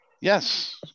Yes